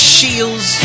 Shields